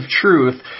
truth